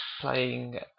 playing